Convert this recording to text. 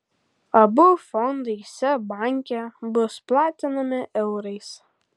abu fondai seb banke bus platinami eurais